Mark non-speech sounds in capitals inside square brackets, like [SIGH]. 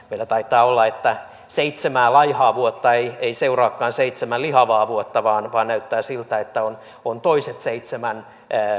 [UNINTELLIGIBLE] meillä taitaa olla että seitsemää laihaa vuotta ei ei seuraakaan seitsemän lihavaa vuotta vaan vaan näyttää siltä että on on toiset seitsemän